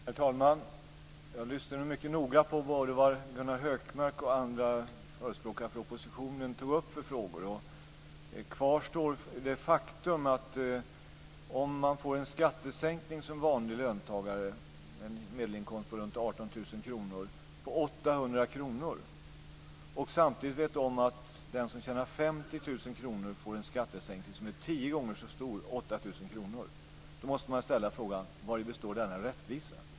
Herr talman! Jag lyssnade mycket noga på vad både Gunnar Hökmark och andra förespråkare för oppositionen tog upp för frågor. Kvar står det faktum att om man som vanlig löntagare med en medelinkomst på runt 18 000 kr får en skattesänkning på 800 kr, och samtidigt vet om att den som tjänar 50 000 kr får en skattesänkning som är tio gånger så stor, dvs. 8 000 kr, så måste man ställa frågan: Vari består denna rättvisa?